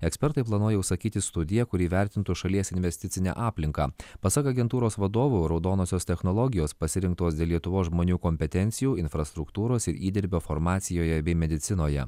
ekspertai planuoja užsakyti studiją kuri įvertintų šalies investicinę aplinką pasak agentūros vadovo raudonosios technologijos pasirinktos dėl lietuvos žmonių kompetencijų infrastruktūros ir įdirbio farmacijoje bei medicinoje